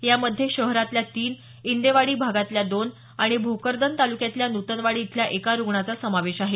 यामध्ये शहरातल्या तीन इंदेवाडी इथल्या दोन आणि भोकरदन तालुक्यातल्या नूतनवाडी इथल्या एका रुग्णाचा समावेश आहे